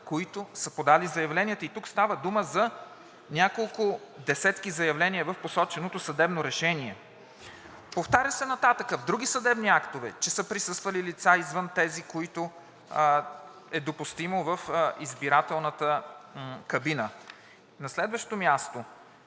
които са подали заявленията. И тук става дума за няколко десетки заявления в посоченото съдебно решение. Повтаря се нататък, в други съдебни актове, че са присъствали лица извън тези, които е допустимо в избирателната кабина. На следващо място,